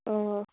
অঁ